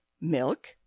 milk